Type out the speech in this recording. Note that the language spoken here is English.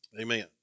Amen